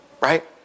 right